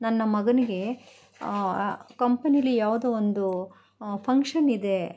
ನನ್ನ ಮಗನಿಗೆ ಕಂಪನೀಲಿ ಯಾವುದೋ ಒಂದು ಫಂಕ್ಷನ್ನಿದೆ